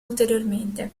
ulteriormente